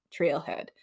trailhead